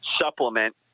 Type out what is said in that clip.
supplement